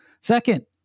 Second